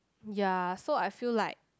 ya so I feel like